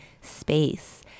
space